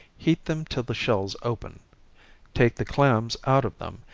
heat them till the shells open take the clams out of them,